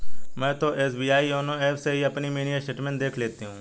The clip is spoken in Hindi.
मैं तो एस.बी.आई योनो एप से ही अपनी मिनी स्टेटमेंट देख लेती हूँ